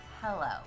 Hello